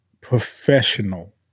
professional